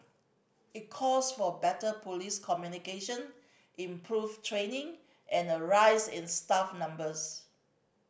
it calls for better police communication improved training and a rise in staff numbers